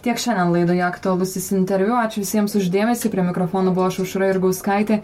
tiek šiandien laidoje aktualusis interviu ačiū visiems už dėmesį prie mikrofono buvau aš aušra jurgauskaitė